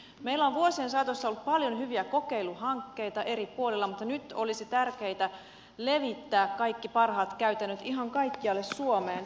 meillä on vuosien saatossa ollut paljon hyviä kokeiluhankkeita eri puolilla mutta nyt olisi tärkeää levittää kaikki parhaat käytännöt ihan kaikkialle suomeen